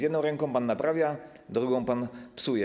Jedną ręką pan naprawia, drugą pan psuje.